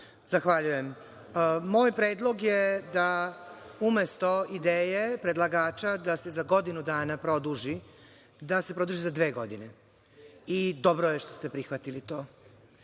Zahvaljujem. Moj predlog je da, umesto ideje predlagača da se za godinu dana produži, se produži za dve godine. Dobro je što ste prihvatili to.